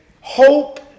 hope